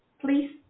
Please